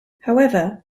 however